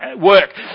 work